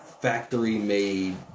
factory-made